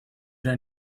era